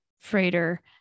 freighter